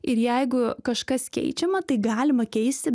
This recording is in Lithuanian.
ir jeigu kažkas keičiama tai galima keisti